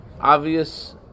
obvious